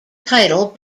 title